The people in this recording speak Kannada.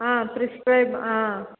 ಹಾಂ ಪ್ರಿಸ್ಕ್ರೈಬ್ ಹಾಂ